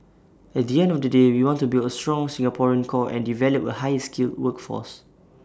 at the end of the day we want to build A strong Singaporean core and develop A higher skilled workforce